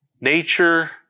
nature